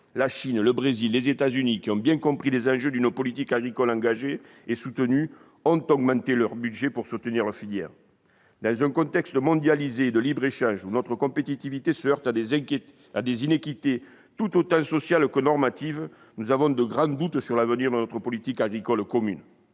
La Chine, le Brésil, les États-Unis, qui ont bien compris les enjeux d'une politique agricole engagée et soutenue, ont augmenté leur budget pour soutenir leurs filières. Dans un contexte mondialisé et de libre-échange, où notre compétitivité se heurte à des iniquités tout aussi sociales que normatives, nous avons de grands doutes sur l'avenir de notre politique agricole commune.